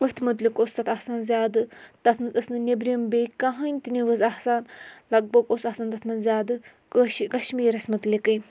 أتھۍ مُتعلق اوس تَتھ آسان زیادٕ تَتھ منٛز ٲس نہٕ نیٚبرِم بیٚیہِ کٕہٕنۍ تہِ نِوٕز آسان لَگ بَگ اوس آسان تَتھ منٛز زیادٕ کٲشہِ کَشمیٖرَس مُتعلقے